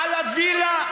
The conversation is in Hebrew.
על הווילה?